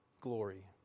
glory